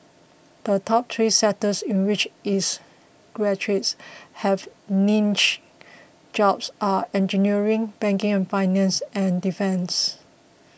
the top three sectors in which its graduates have clinched jobs are engineering banking and finance and defence